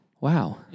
Wow